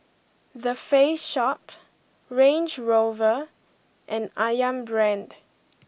The Face Shop Range Rover and Ayam Brand